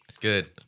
Good